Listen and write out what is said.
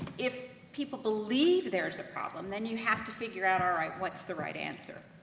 if people believe there is a problem, then you have to figure out, all right, what's the right answer.